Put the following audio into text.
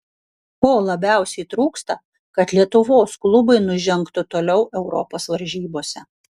ko labiausiai trūksta kad lietuvos klubai nužengtų toliau europos varžybose